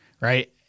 right